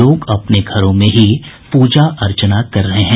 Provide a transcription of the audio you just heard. लोग अपने घरों में ही पूजा अर्चना कर रहे हैं